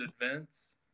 events